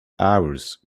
hours